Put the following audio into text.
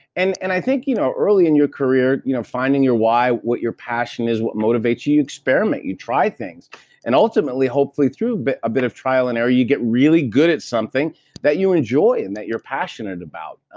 and and i think you know early in your career you know finding your why, what your passion is, what motivates you, you experiment. you try things and ultimately hopefully through but a bit of trial and error you get really good at at something that you enjoy and that you're passionate about,